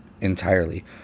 entirely